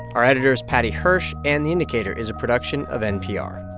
our editor is paddy hirsch. and the indicator is a production of npr